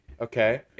Okay